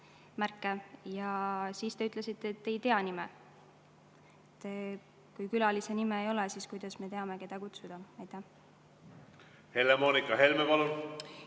ja siis te ütlesite, et te ei tea nime. Kui külalise nime ei ole, siis kuidas me teame, keda kutsuda? Aitäh küsimuse eest!